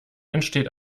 entsteht